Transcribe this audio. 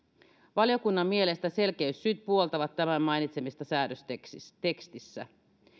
valiokunnan mielestä selkeyssyyt puoltavat tämän mainitsemista säännöstekstissä